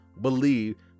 believe